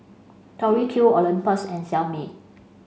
Tori Q Olympus and Xiaomi